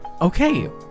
Okay